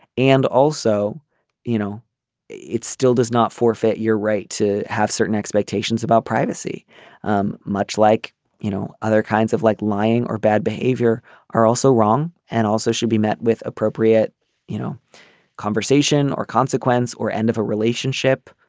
and also you know it still does not forfeit your right to have certain expectations about privacy um much like you know other kinds of like lying or bad behavior are also wrong and also should be met with appropriate know conversation or consequence or end of a relationship.